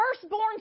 firstborn